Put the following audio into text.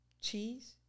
cheese